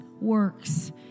works